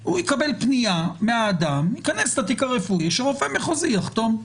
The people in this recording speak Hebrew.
הוא יקבל פנייה מהאדם ייכנס לתיק הרפואי שרופא מחוזי יחתום,